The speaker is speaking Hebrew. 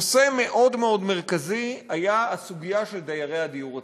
נושא מאוד מאוד מרכזי היה הסוגיה של דיירי הדיור הציבורי,